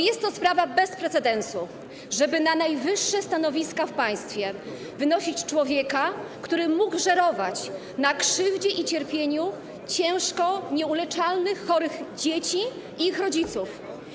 Jest to sprawa bez precedensu, żeby na najwyższe stanowiska w państwie wynosić człowieka, który mógł żerować na krzywdzie i cierpieniu ciężko chorych, nieuleczalnie chorych dzieci i ich rodziców.